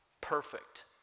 perfect